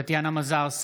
אינו נוכח טטיאנה מזרסקי,